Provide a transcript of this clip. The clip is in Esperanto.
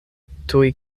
tuj